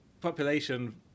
population